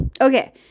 Okay